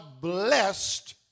blessed